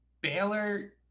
Baylor